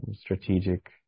strategic